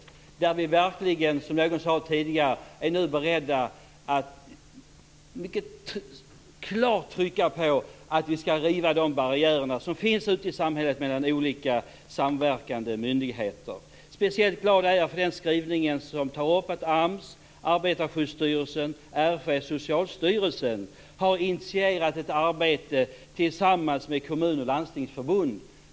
Vi är nu beredda, som någon sade tidigare, att klart trycka på att vi skall riva de barriärer som finns ute i samhället mellan olika samverkande myndigheter. Speciellt glad är jag för skrivningen om att AMS, Arbetarskydsstyrelsen, RFV och Socialstyrelsen har initierat ett arbete tillsammans med kommun och landstingsförbund.